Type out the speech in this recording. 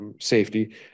safety